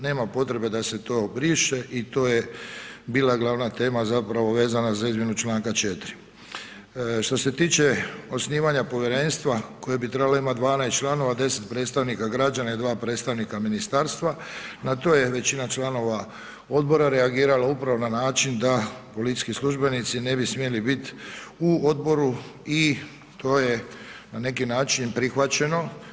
Nema potrebe da se to briše i to je bila glavna tema zapravo vezana za izmjenu Članka 4. Što se tiče osnivanja povjerenstva koje bi trebalo imati 12 članova, 10 predstavnika građana i 2 predstavnika ministarstva, na to je većina članova odbora reagirala upravo na način da policijski službenici ne bi smjeli biti u odboru i to je na neki način prihvaćeno.